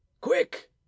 quick